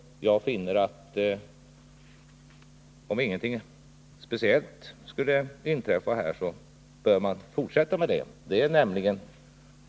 Om ingenting speciellt inträffar anser jag att vi bör fortsätta på detta sätt.